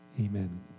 Amen